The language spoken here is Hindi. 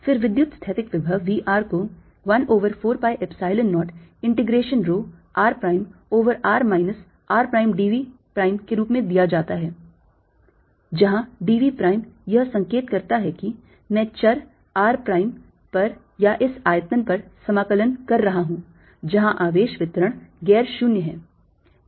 फिर विद्युतस्थैतिक विभव V r को 1 over 4 pi Epsilon 0 integration rho r prime over r minus r prime d v prime के रूप में दिया जाता है जहाँ d v प्राइम यह संकेत करता है कि मैं चर r प्राइम पर या इस आयतन पर समाकलन कर रहा हूँ जहाँ आवेश वितरण गैर शून्य है